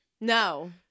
No